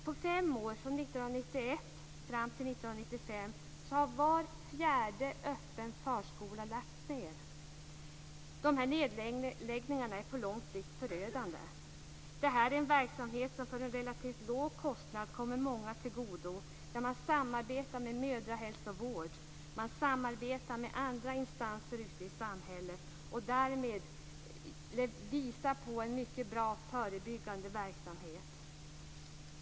På fem år - från 1991 fram till 1995 - har var fjärde öppen förskola lagts ned. Dessa nedläggningar är på lång sikt förödande. Det är en verksamhet som för en relativt låg kostnad kommer många till godo och där man samarbetar med mödrahälsovård. Man samarbetar med andra instanser ute i samhället och visar därmed på en mycket bra förebyggande verksamhet.